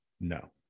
no